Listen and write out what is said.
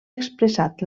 expressat